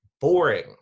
boring